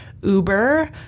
Uber